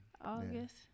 August